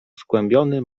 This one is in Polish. skłębiony